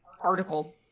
article